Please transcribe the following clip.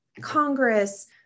Congress